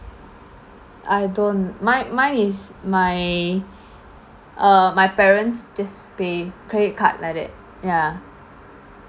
I don't mine mine is my uh my parents just pay credit card like that ya